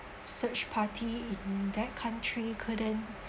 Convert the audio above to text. search party in that country couldn't